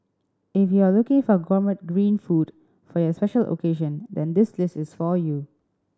if you are looking for gourmet green food for your special occasion then this list is for you